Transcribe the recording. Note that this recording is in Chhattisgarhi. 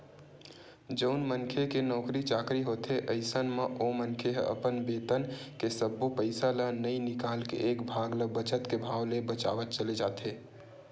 जउन मनखे के नउकरी चाकरी होथे अइसन म ओ मनखे ह अपन बेतन के सब्बो पइसा ल नइ निकाल के एक भाग ल बचत के भाव ले बचावत चले जाथे